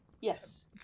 Yes